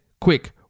quick